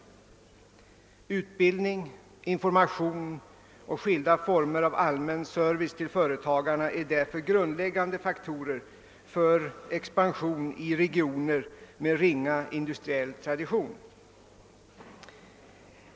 Utbildning, information och skilda foörmer av allmän service till företagarna är därför grundläggande faktorer för expansion i regioner med ringa industriell tradition.